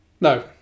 No